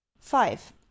five